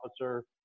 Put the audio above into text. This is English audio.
Officer